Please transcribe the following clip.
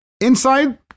Inside